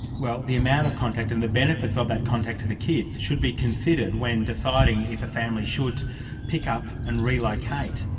well the amount of contact and the benefits of that contact to the kids should be considered when deciding if a family should pick up and relocate